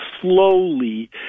slowly